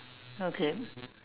okay